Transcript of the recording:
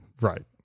Right